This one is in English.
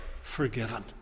forgiven